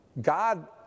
God